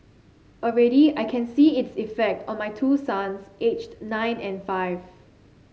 already I can see its effect on my two sons aged nine and five